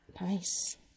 Nice